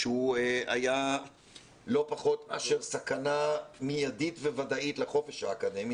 שהוא היה לא פחות מאשר סכנה מיידית וודאית לחופש האקדמי,